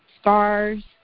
scars